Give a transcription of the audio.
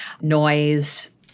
Noise